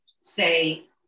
say